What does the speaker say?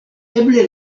eble